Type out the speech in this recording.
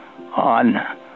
on